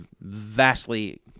vastly